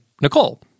Nicole